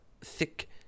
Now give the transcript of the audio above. thick